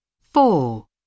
Four